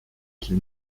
qu’il